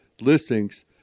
listings